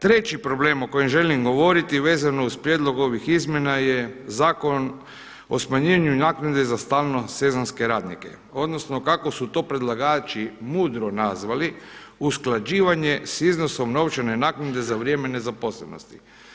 Treći problem o kojem želim govoriti vezano uz prijedlog ovih izmjena je Zakon o smanjenju naknade za stalno sezonske radnike odnosno kako su to predlagači mudro nazvali usklađivanje s iznosom novčane naknade za vrijeme nezaposlenosti.